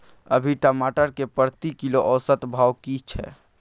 अभी टमाटर के प्रति किलो औसत भाव की छै?